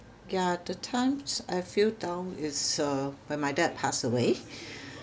ya the times I feel down is uh when my dad passed away